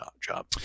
job